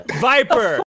Viper